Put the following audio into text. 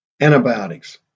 antibiotics